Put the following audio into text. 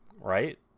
right